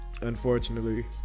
Unfortunately